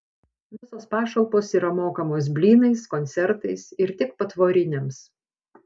visos pašalpos yra mokamos blynais koncertais ir tik patvoriniams